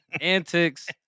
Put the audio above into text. antics